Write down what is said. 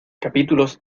capítulos